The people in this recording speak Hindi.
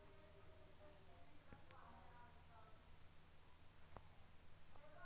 मेरे पिताजी वृक्षारोपण कृषि विधि द्वारा खेती करते हैं